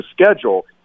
schedule